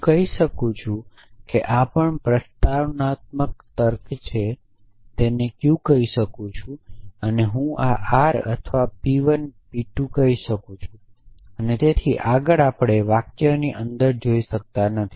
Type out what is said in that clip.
હું કહી શકું છું કે આ પણ પ્રોપ્રોજીશનલતર્કમાં છે તેને q કહી શકું છું અને હું આ r અથવા p1 p2 કહી શકું છું અને તેથી આગળ અને આપણે વાક્યોની અંદર જોઈ શકતા નથી